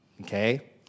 okay